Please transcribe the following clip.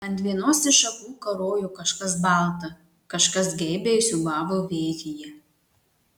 ant vienos iš šakų karojo kažkas balta kažkas geibiai siūbavo vėjyje